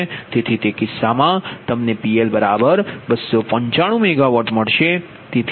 તેથી તે કિસ્સામાં તમને PL 295 MW મળશે